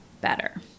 better